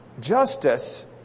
Justice